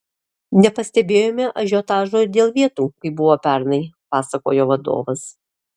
nepastebėjome ažiotažo ir dėl vietų kaip buvo pernai pasakojo vadovas